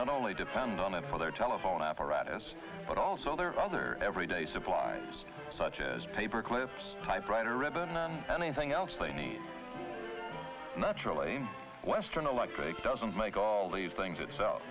not only depend on it for their telephone apparatus but also there are other everyday supplies such as paper clips typewriter ribbon and anything else they need naturally western electric doesn't make all these things itself